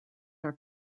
are